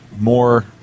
more